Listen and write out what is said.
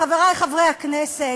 חברי חברי הכנסת,